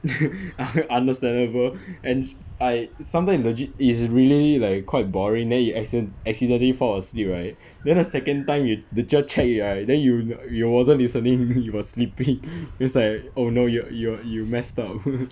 un~ understandable and I sometime is legit is really like quite boring then you acciden~ accidentally fall asleep right then the second time you the cher check right then you you you wasn't listening you was sleeping then it's like oh no you a~ you a~ you messed up